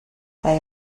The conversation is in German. bei